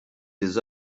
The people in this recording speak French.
des